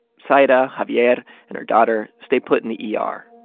zaida, javier and her daughter stay put in the yeah ah er